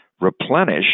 replenish